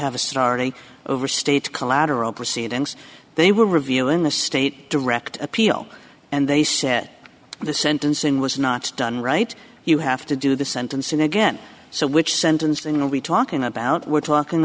have a starting over state collateral proceedings they were reviewing the state direct appeal and they said the sentencing was not done right you have to do the sentencing again so which sentence you know we talking about we're talking